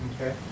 Okay